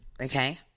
okay